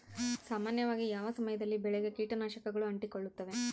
ಸಾಮಾನ್ಯವಾಗಿ ಯಾವ ಸಮಯದಲ್ಲಿ ಬೆಳೆಗೆ ಕೇಟನಾಶಕಗಳು ಅಂಟಿಕೊಳ್ಳುತ್ತವೆ?